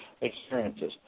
experiences